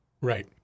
Right